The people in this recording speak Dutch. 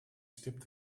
stipt